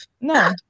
No